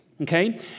okay